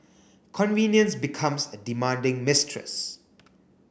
convenience becomes a demanding mistress